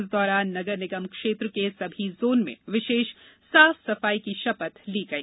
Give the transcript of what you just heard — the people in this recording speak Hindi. इस दौरान नगर निगम क्षेत्र के सभी जोनों में विशेष साफ सफाई की शपथ ली गई